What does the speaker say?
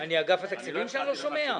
אני אגף התקציבים שאני לא שומע?